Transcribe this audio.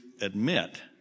admit